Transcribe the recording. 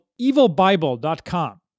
EvilBible.com